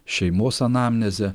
šeimos anamnezė